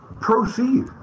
Proceed